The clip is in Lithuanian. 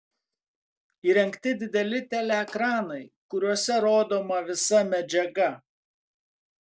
įrengti dideli teleekranai kuriuose rodoma visa medžiaga